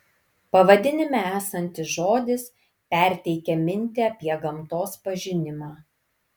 pavadinime esantis žodis perteikia mintį apie gamtos pažinimą